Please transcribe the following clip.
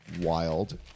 wild